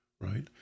right